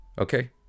Okay